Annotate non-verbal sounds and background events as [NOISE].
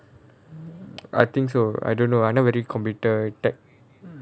[NOISE] I think so I don't know I not very computer technology